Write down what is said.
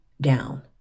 down